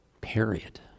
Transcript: period